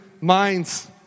minds